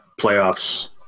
playoffs